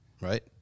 Right